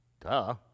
duh